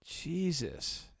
Jesus